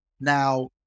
Now